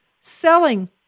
selling